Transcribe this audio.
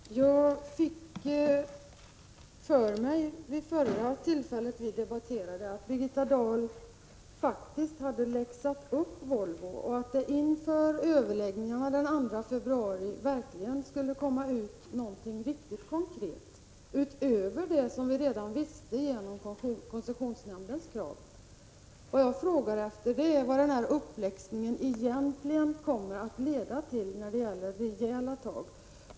Herr talman! Jag fick för mig, vid förra tillfället vi debatterade, att Birgitta Dahl faktiskt hade läxat upp Volvo och att det vid överläggningen den 2 februari verkligen skulle komma ut något riktigt konkret utöver det som vi redan visste i fråga om koncessionsnämndens krav. Vad jag frågar efter är vad denna uppläxning egentligen kommer att leda till när det gäller rejäla tag.